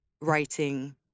writing